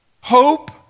Hope